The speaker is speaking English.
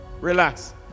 relax